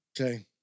okay